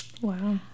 Wow